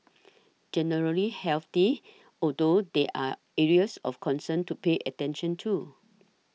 generally healthy although there are areas of concern to pay attention to